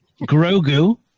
Grogu